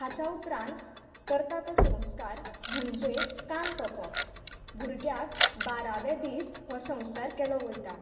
हाच्या उपरांत करता तो संस्कार म्हणजे कान तोंपप भुरगें जल्मा येवन बाराव्या दीस हो संस्कार केलो वता